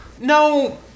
no